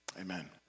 Amen